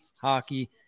hockey